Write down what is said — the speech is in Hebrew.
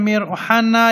אמיר אוחנה,